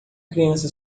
criança